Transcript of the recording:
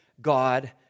God